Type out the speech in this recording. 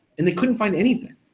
and they couldn't find anything.